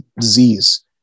disease